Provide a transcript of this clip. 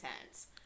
intense